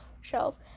shelf